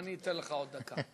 אני אתן לך עוד דקה.